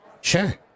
Sure